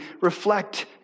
reflect